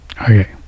Okay